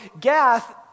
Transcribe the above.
Gath